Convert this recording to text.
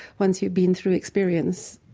once you've been through experience,